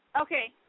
Okay